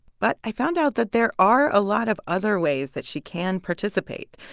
but i found out that there are a lot of other ways that she can participate.